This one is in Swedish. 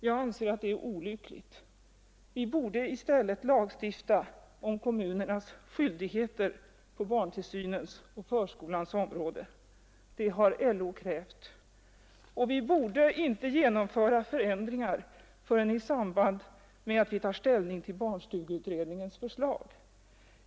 Jag anser att det är olyckligt. Vi borde i stället lagstifta om kommunernas skyldigheter på barntillsynens och förskolans område. Det har LO krävt. Och vi borde inte genomföra förändringar förrän i samband med att vi tar ställning till barnstugeutredningens förslag.